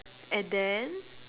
and then